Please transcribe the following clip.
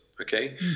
Okay